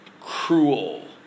Cruel